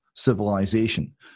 civilization